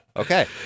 Okay